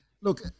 look